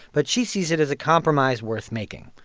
but she sees it as a compromise worth making.